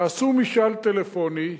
עשו משאל טלפוני,